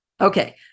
Okay